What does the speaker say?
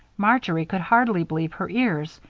marjory could hardly believe her ears,